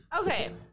Okay